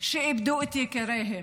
שאיבדו את יקיריהן,